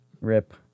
Rip